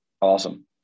awesome